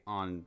on